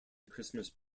christmas